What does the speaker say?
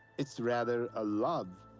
it's rather a love.